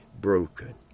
broken